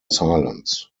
silence